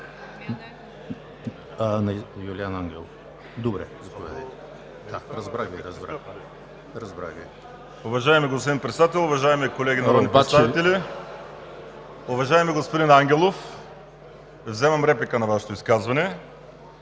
Уважаеми господин Председател, уважаеми колеги народни представители! Уважаеми господин Ангелов, вземам реплика на Вашето изказване.